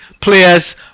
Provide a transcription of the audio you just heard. players